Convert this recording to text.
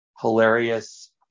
hilarious